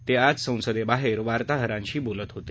ते आज संसदेबाहेर वार्ताहरांशी बोलत होते